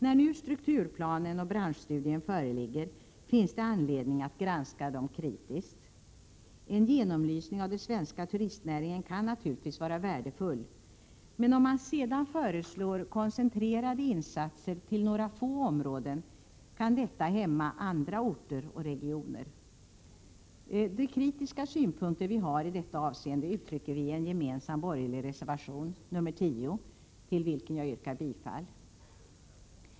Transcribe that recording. När nu strukturplan och branschstudie föreligger, finns det anledning att granska dem kritiskt. En genomlysning av den svenska turistnäringen kan naturligtvis vara värdefull, men om man sedan föreslår koncenterade insatser till några få områden kan detta hämma andra orter och regioner. De kritiska synpunkter vi har i detta avseende uttrycker vi i en gemensam borgerlig reservation, nr 10, till vilken jag yrkar bifall.